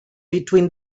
between